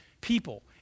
people